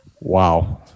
wow